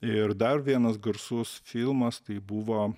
ir dar vienas garsus filmas tai buvo